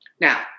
Now